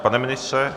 Pane ministře?